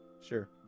sure